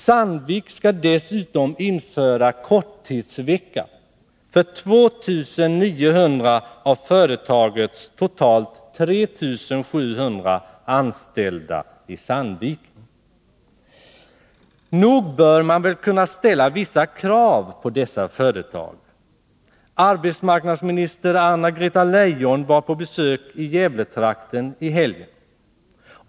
Sandvik skall dessutom införa korttidsvecka för 2900 av företagets totalt 3 700 anställda i Sandviken. Nog bör man kunna ställa vissa krav på dessa företag. Arbetsmarknadsminister Anna-Greta Leijon var på besök i Gävletrakten i helgen.